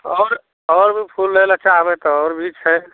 आओर आओर भी फूल लै ले चाहबै तऽ आओर भी छै